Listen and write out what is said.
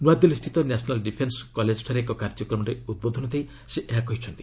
ନ୍ତଆଦିଲ୍ଲୀସ୍ଥିତ national defence କଲେଜଠାରେ ଏକ କାର୍ଯ୍ୟକ୍ରମରେ ଉଦ୍ବୋଧନ ଦେଇ ସେ ଏହା କହିଛନ୍ତି